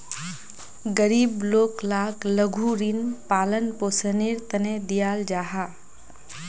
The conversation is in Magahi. गरीब लोग लाक लघु ऋण पालन पोषनेर तने दियाल जाहा